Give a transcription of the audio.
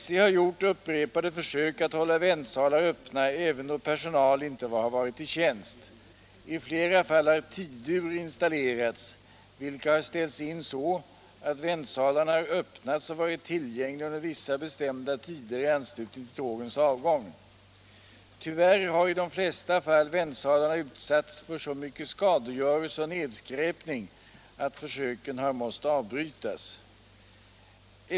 SJ har gjort upprepade försök att hålla väntsalar öppna även då personal inte har varit i tjänst. I flera fall har tidur installerats, vilka har ställts in så, att väntsalarna har öppnats och varit tillgängliga under vissa bestämda tider i anslutning till tågens avgång. Tyvärr har i de flesta fall väntsalarna utsatts för så mycket skadegörelse och nedskräpning att försöken har måst avbrytas.